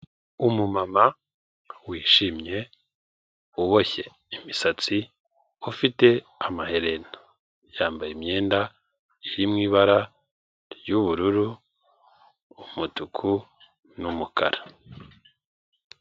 Umumama wishimye, uboshye imisatsi, ufite amaherena, yambaye imyenda iri mu ibara ry'ubururu, umutuku n'umukara.